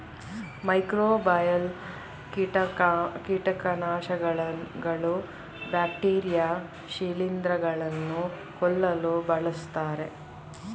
microbial ಕೀಟನಾಶಕಗಳು bacteria ಶಿಲಿಂದ್ರ ಗಳನ್ನು ಕೊಲ್ಲಲು ಬಳ್ಸತ್ತರೆ